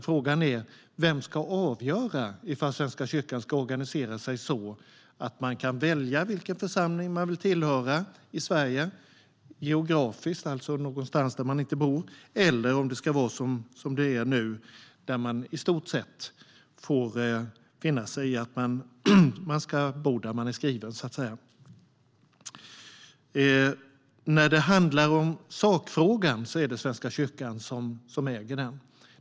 Frågan är vem som ska avgöra om Svenska kyrkan ska organisera sig så att man kan välja vilken församling man vill tillhöra i Sverige, geografiskt någonstans där man inte bor, eller om det ska vara som det är nu där man i stort sett får finna sig i att man ska bo där man är skriven, så att säga. Svenska kyrkan äger sakfrågan.